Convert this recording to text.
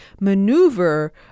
maneuver